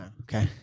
Okay